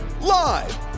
Live